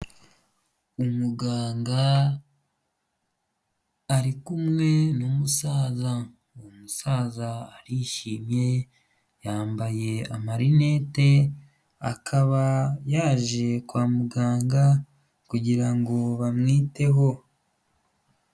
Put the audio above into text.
Umuganga ari kumwe n'umusaza. Umusaza arishimye, yambaye amarinete akaba yaje kwa muganga kugira ngo bamwiteho.